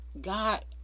God